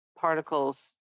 Particles